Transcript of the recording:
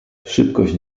szybkość